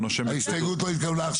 ההסתייגות לא התקבלה.